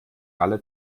alle